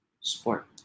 sport